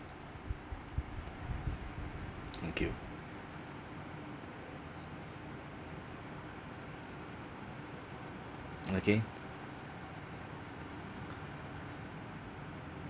thank you okay